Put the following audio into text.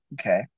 Okay